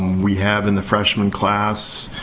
we have, in the freshmen class,